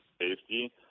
safety